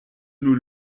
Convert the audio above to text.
nur